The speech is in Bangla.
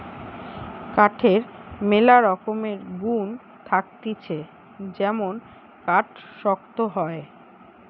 কাঠের ম্যালা রকমের গুন্ থাকতিছে যেমন কাঠ শক্ত হয়